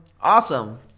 Awesome